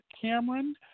Cameron